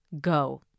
go